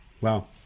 Wow